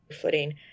footing